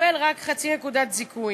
מקבל רק חצי נקודת זיכוי.